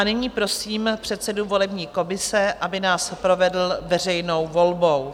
Nyní prosím předsedu volební komise, aby nás provedl veřejnou volbou.